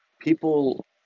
People